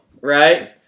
right